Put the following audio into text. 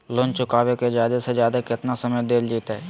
Loan चुकाबे के जादे से जादे केतना समय डेल जयते?